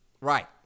Right